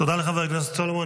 תודה לחבר הכנסת סולומון.